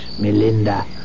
Melinda